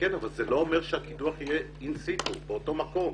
כן, אבל זה לא אומר שהקידוח יהיה באותו מקום,